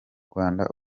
rwanda